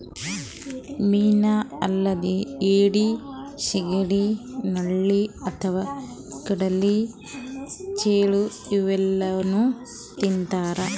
ಮೀನಾ ಅಲ್ದೆ ಏಡಿ, ಸಿಗಡಿ, ನಳ್ಳಿ ಅಥವಾ ಕಡಲ್ ಚೇಳ್ ಇವೆಲ್ಲಾನೂ ತಿಂತಾರ್